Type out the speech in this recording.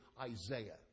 Isaiah